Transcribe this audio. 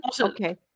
Okay